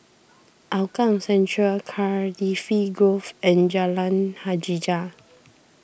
Hougang Central Cardifi Grove and Jalan Hajijah